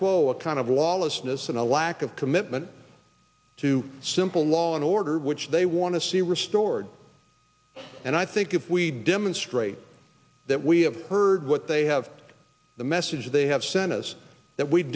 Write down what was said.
quo a kind of lawlessness and a lack of commitment to simple law and order which they want to see restored and i think if we demonstrate that we have heard what they have the message they have sent us that we